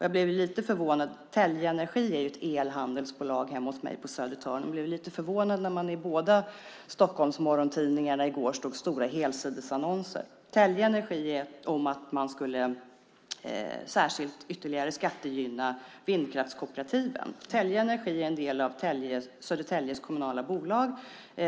Telge Energi är ett elhandelsbolag hemma hos mig på Södertörn. Jag blev lite förvånad när jag i båda Stockholmsmorgontidningarna i går såg stora helsidesannonser från Telge Energi om att vindkraftskooperativen ska särskilt ytterligare skattegynnas. Telge Energi är en del av Södertäljes kommunala bolag.